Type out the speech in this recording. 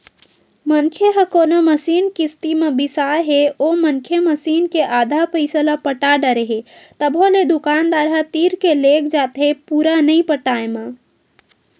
मनखे ह कोनो मसीन किस्ती म बिसाय हे ओ मनखे मसीन के आधा पइसा ल पटा डरे हे तभो ले दुकानदार ह तीर के लेग जाथे पुरा नइ पटाय म